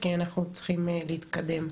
כי אנחנו צריכים להתקדם.